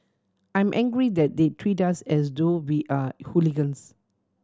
I'm angry that they treat us as though we are hooligans